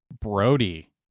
Brody